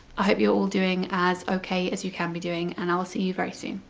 i hope you're all doing as okay as you can be doing and i'll see you very soon.